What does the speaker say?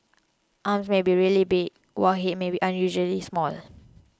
arms may be really big while head may be unusually small